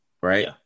right